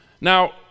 Now